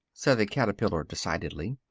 said the caterpillar decidedly,